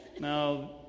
Now